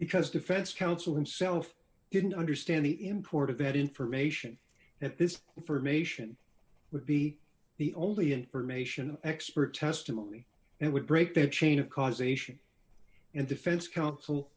because defense counsel himself didn't understand the import of that information at this information would be the only information an expert testimony and it would break the chain of causation and defense counsel